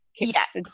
Yes